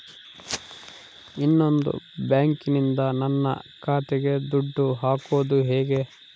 ಇನ್ನೊಂದು ಬ್ಯಾಂಕಿನಿಂದ ನನ್ನ ಖಾತೆಗೆ ದುಡ್ಡು ಹಾಕೋದು ಹೇಗೆ?